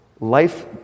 life